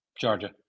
Georgia